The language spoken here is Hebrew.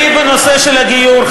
אני בנושא של הגיור,